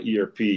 ERP